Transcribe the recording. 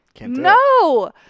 No